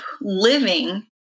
living